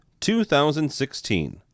2016